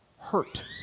hurt